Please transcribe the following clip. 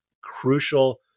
crucial